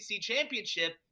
championship